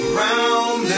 round